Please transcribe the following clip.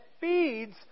feeds